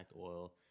oil